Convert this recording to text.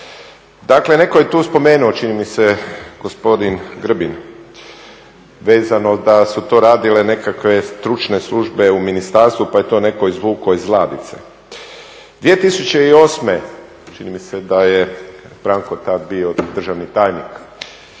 Dakle, netko je tu spomenuo, čini mi se gospodin Grbin, vezano da su to radile nekakve stručne službe u ministarstvo, pa je to netko izvukao iz ladice. 2008. čini mi se da je Branko tada bio državni tajnik